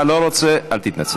אתה לא רוצה, אל תתנצל.